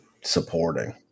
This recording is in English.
supporting